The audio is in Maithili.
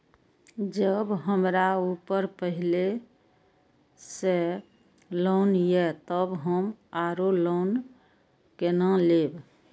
जब हमरा ऊपर पहले से लोन ये तब हम आरो लोन केना लैब?